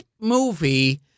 movie